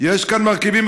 יש כאן מרכיבים,